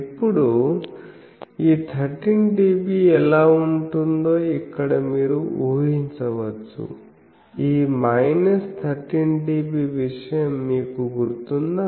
ఇప్పుడు ఈ 13dB ఎలా ఉంటుందో ఇక్కడ మీరు ఊహించవచ్చు ఈ మైనస్ 13dB విషయం మీకు గుర్తుందా